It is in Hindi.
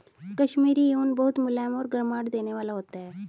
कश्मीरी ऊन बहुत मुलायम और गर्माहट देने वाला होता है